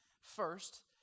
first